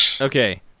Okay